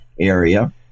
area